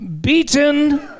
beaten